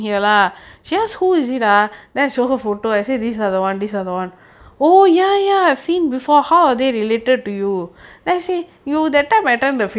mm